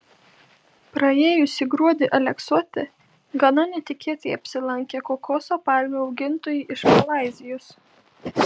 praėjusį gruodį aleksote gana netikėtai apsilankė kokoso palmių augintojai iš malaizijos